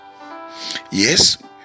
Yes